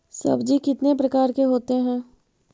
सब्जी कितने प्रकार के होते है?